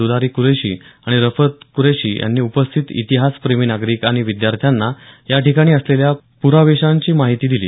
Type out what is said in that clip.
दुलारी कुरेशी आणि रफत कुरेशी यांनी उपस्थित इतिहासप्रेमी नागरिक आणि विद्यार्थ्यांना या ठिकाणी असलेल्या पुरावशेषांची माहिती दिली